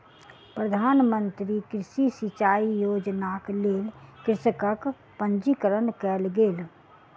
प्रधान मंत्री कृषि सिचाई योजनाक लेल कृषकक पंजीकरण कयल गेल